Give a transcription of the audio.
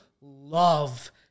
love